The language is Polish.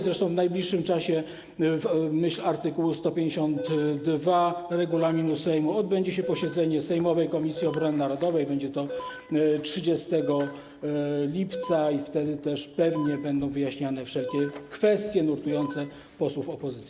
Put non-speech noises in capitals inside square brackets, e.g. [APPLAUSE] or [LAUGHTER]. Zresztą w najbliższym czasie w myśl art. 152 [NOISE] regulaminu Sejmu odbędzie się posiedzenie sejmowej Komisji Obrony Narodowej, będzie to 30 lipca, i wtedy też pewnie będą wyjaśniane wszelkie kwestie nurtujące posłów opozycji.